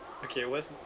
okay what's